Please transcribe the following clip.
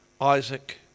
Isaac